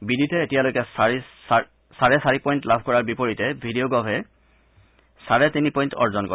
বিদিতে এতিয়ালৈকে চাৰে চাৰি পইণ্ট লাভ কৰাৰ বিপৰীতে ভিটিওগভে চাৰে তিনি পইণ্ট অৰ্জন কৰে